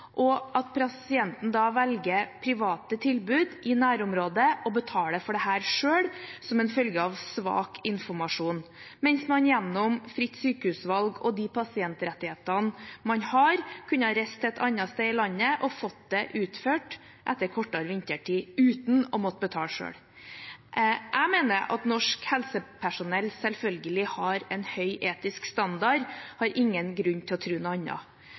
pasienten da velger private tilbud i nærområdet og betaler for dette selv, som en følge av svak informasjon, mens man gjennom fritt sykehusvalg og de pasientrettighetene man har, kunne reist til et annet sted i landet og fått det utført etter kortere ventetid, uten å måtte betale selv. Jeg mener at norsk helsepersonell selvfølgelig har en høy etisk standard. Jeg har ingen grunn til å tro noe